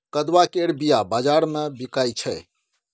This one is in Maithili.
कदुआ केर बीया बजार मे बिकाइ छै